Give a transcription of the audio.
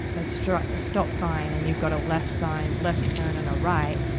a stra, a stop sign, and you've got a left sign, left turn and a right.